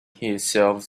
himself